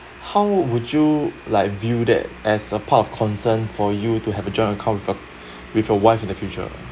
how would you like view that as a part of concern for you to have a joint account with a with your wife in the future